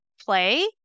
play